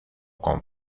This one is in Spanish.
con